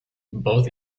both